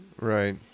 right